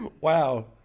Wow